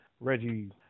Reggie